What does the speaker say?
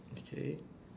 okay